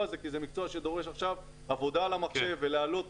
הזה כי זה מקצוע שדורש עכשיו עבודה על המחשב ולהעלות